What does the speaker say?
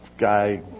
guy